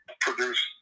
produce